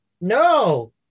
No